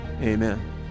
Amen